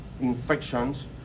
infections